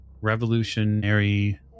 revolutionary